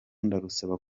ndarusaba